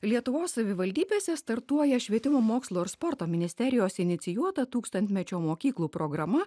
lietuvos savivaldybėse startuoja švietimo mokslo ir sporto ministerijos inicijuota tūkstantmečio mokyklų programa